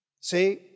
See